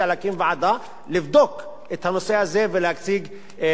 לבדוק את הנושא הזה ולהציג פתרונות אמיתיים.